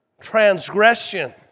transgression